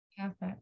Perfect